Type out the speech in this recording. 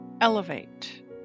elevate